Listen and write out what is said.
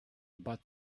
but